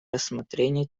рассмотрения